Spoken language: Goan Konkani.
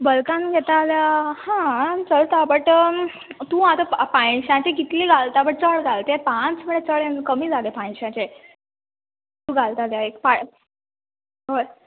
बल्कान घेता जाल्यार आं चलता बट तूं आतां पांयश्याचेर कितले घालता बट चोड घाल पांच म्हळ्यार चड कमी जाले पांयश्याचे घालता एक हय